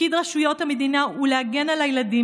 תפקיד רשויות המדינה הוא להגן על הילדים